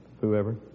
whoever